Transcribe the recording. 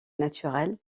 naturel